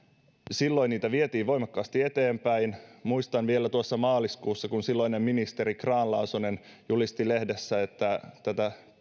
silloin niitä vietiin voimakkaasti eteenpäin muistan vielä maaliskuussa kun silloinen ministeri grahn laasonen julisti lehdessä että